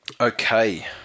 Okay